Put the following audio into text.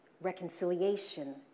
reconciliation